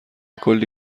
کلی